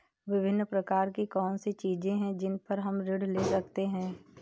विभिन्न प्रकार की कौन सी चीजें हैं जिन पर हम ऋण ले सकते हैं?